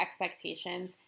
expectations